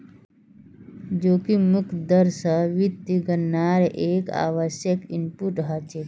जोखिम मुक्त दर स वित्तीय गणनार एक आवश्यक इनपुट हछेक